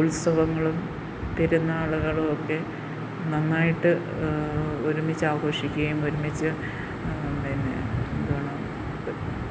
ഉത്സവങ്ങളും പെരുന്നാളുകളും ഒക്കെ നന്നായിട്ട് ഒരുമിച്ചാഘോഷിക്കുകയും ഒരുമിച്ച് പിന്നെ എന്തുവാണ്